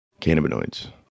cannabinoids